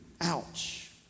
ouch